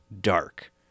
dark